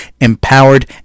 empowered